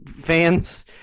fans